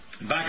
Back